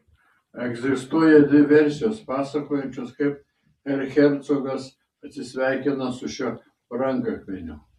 egzistuoja dvi versijos pasakojančios kaip erchercogas atsisveikino su šiuo brangakmeniu